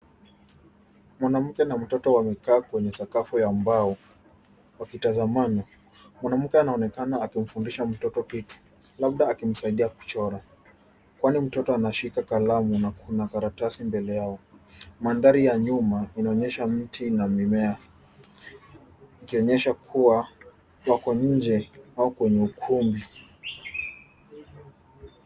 Mwanamke na mtoto wamekaa kwenye sakafu ya mbao wakitazamana. Mwanamke anaonekana akimfundisha mtoto kitu, labda akimsaidia kuchora, kwani mtoto anashika kalamu na Kuna karatasi mbele yao. Mandhari ya nyuma inaonyeha miti na mimea, ikionyesha kuwa wako nje au kwenye ukumbi.